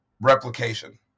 replication